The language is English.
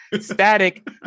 static